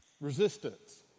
resistance